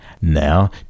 Now